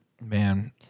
Man